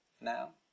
now